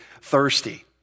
thirsty